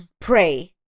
pray